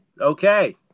Okay